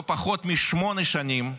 לא פחות משמונה שנים,